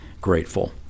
grateful